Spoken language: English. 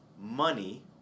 money